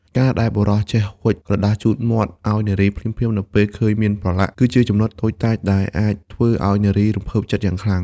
ការដែលបុរសចេះហុចក្រដាសជូតមាត់ឱ្យនារីភ្លាមៗនៅពេលឃើញមានប្រឡាក់ គឺជាចំណុចតូចតាចតែអាចធ្វើឱ្យនារីរំភើបចិត្តយ៉ាងខ្លាំង។